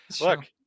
look